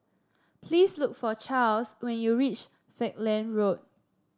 please look for Charls when you reach Falkland Road